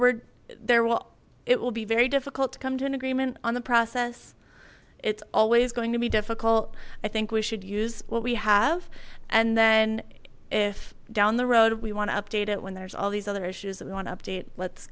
word there will it will be very difficult to come to an agreement on the process it's always going to be difficult i think we should use what we have and then if down the road we want to update it when there's all these other issues that we want to update let's